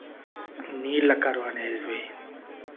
నీళ్ళ కరువు అనేది పోయి